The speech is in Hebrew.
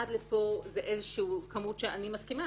עד פה זאת כמות אני מסכימה,